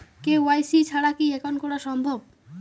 KYC ছাড়া কি account করা সম্ভব?